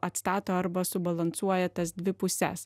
atstato arba subalansuoja tas dvi puses